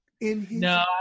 No